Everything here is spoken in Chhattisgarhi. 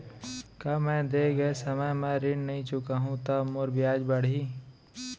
का मैं दे गए समय म ऋण नई चुकाहूँ त मोर ब्याज बाड़ही?